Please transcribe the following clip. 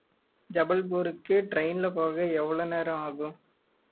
ஜபல்பூருக்கு ட்ரெயினில் போக எவ்வளோ நேரம் ஆகும்